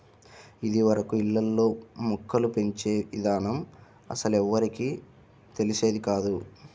ఇదివరకు ఇళ్ళల్లో మొక్కలు పెంచే ఇదానం అస్సలెవ్వరికీ తెలిసేది కాదు